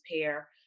Pair